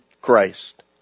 Christ